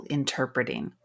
interpreting